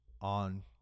on